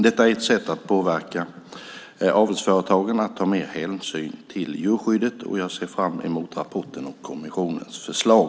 Detta är ett sätt att påverka avelsföretagen att ta mer hänsyn till djurskyddet, och jag ser fram emot rapporten och kommissionens förslag.